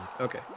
Okay